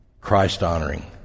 Christ-honoring